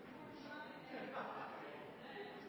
ser